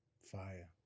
Fire